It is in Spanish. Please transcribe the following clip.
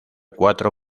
cuatro